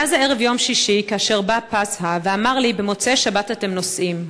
היה זה ערב יום שישי כאשר בא פסהה ואמר לי: במוצאי שבת אתם נוסעים.